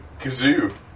Kazoo